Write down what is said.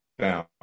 down